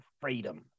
freedom